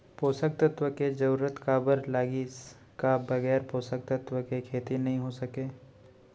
पोसक तत्व के जरूरत काबर लगिस, का बगैर पोसक तत्व के खेती नही हो सके?